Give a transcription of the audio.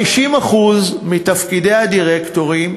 50% מתפקידי הדירקטורים